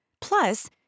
Plus